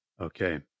Okay